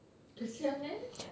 kesian eh